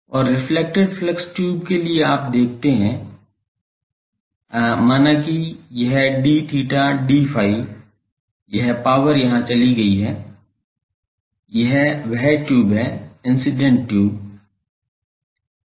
और reflected flux tube के लिए आप देखते हैं मानाकि कि यह d theta d phi यह पावर यहां चली गई है यह वह ट्यूब इंसिडेंट ट्यूब है